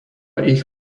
ich